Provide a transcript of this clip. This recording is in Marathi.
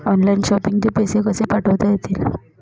ऑनलाइन शॉपिंग चे पैसे कसे पाठवता येतील?